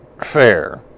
fair